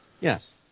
Yes